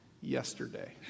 yesterday